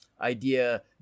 idea